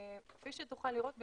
כפי שתוכל לראות,